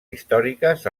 històriques